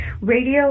Radio